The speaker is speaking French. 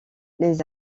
les